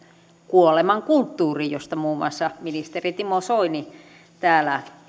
kuolemankulttuuriin josta muun muassa ministeri timo soini täällä